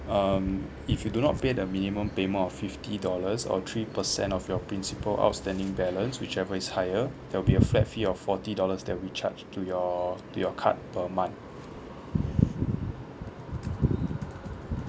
um if you do not pay the minimum payment of fifty dollars or three percent of your principal outstanding balance whichever is higher there'll be a flat fee of forty dollars that we charge to your to your card per month